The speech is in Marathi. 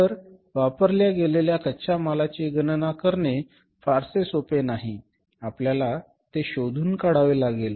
तर वापरल्या गेलेल्या कच्च्या मालाची गणना करणे फारसे सोपे नाही आपल्याला ते शोधून काढावे लागेल